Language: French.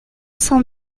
cent